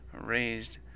raised